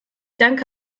danke